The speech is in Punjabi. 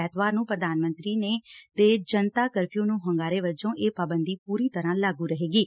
ਐਤਵਾਰ ਨੂੰ ਪ੍ਰਧਾਨ ਮੰਤਰੀ ਦੇ ਜਨਤਾ ਕਰਫਿਊਂ ਨੂੰ ਹੁੰਗਾਰੇ ਵਜੋਂ ਇਹ ਪਾਬੰਦੀ ਪੂਰੀ ਤਰੂਾ ਲਾਗੂ ਰਹੇਗੀ